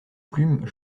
plumes